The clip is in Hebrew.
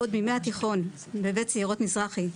עוד מימי התיכון בבית צעירות מזרחי,